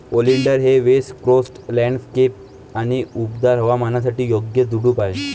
oleander हे west coast landscape आणि उबदार हवामानासाठी योग्य झुडूप आहे